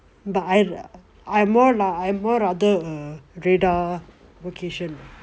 but I I more I more rather a radar vocation